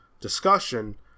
discussion